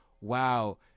Wow